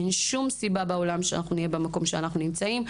אין שום סיבה בעולם שאנחנו נהיה במקום שבו אנחנו נמצאים.